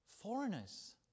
Foreigners